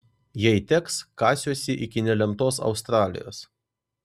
jei teks kasiuosi iki nelemtos australijos